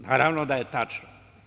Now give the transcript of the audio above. Naravno da je tačno.